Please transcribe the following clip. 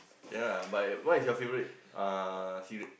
yeah lah but what is your favourite uh cigarette